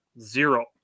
Zero